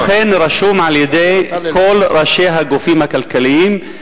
וכן רשום על-ידי ראשי כל הגופים הכלכליים,